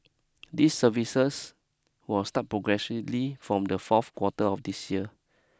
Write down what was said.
these services will start progressively from the fourth quarter of this year